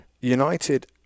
United